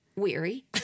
weary